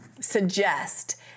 suggest